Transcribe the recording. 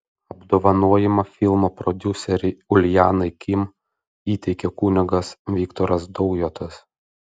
apdovanojimą filmo prodiuserei uljanai kim įteikė kunigas viktoras daujotas